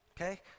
okay